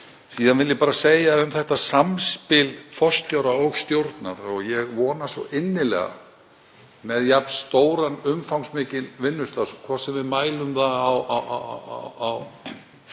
Síðan vil ég segja um samspil forstjóra og stjórnar að ég vona svo innilega með jafn stóran og umfangsmikil vinnustað, hvort sem við mælum það á